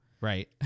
Right